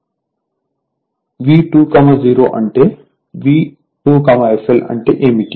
V2 0 అంటే V2 fl అంటే ఏమిటి